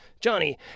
Johnny